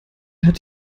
hat